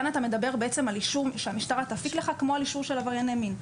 כאן אתה מדבר על כך אישור שהמשטרה תפיק לך כמו אישור על עברייני מין.